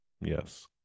Yes